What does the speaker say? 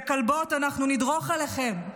"יא כלבות, אנחנו נדרוך עליכן,